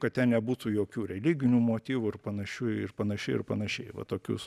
kad ten nebūtų jokių religinių motyvų ir panašių ir panašiai ir panašiai va tokius